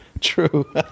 True